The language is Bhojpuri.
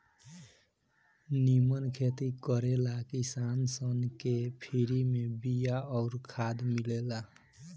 निमन खेती करे ला किसान सन के फ्री में बिया अउर खाद मिलेला